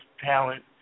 talent